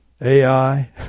AI